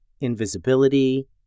invisibility